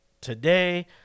today